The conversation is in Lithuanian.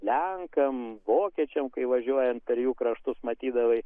lenkam vokiečiam kai važiuojant per jų kraštus matydavai